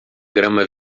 grama